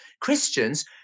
Christians